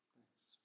Thanks